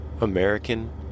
American